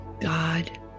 God